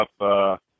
up